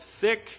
thick